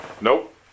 Nope